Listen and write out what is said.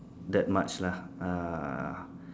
that much lah uh